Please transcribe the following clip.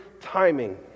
timing